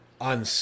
on